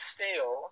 Steel